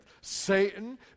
Satan